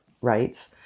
rights